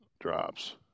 drops